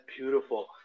beautiful